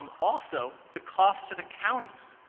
um also, the cost to the counties.